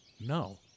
no